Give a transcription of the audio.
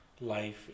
life